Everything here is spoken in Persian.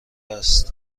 است